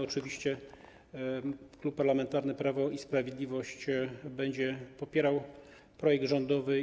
Oczywiście Klub Parlamentarny Prawo i Sprawiedliwość będzie popierał projekt rządowy.